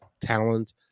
talent